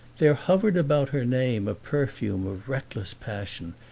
there hovered about her name a perfume of reckless passion,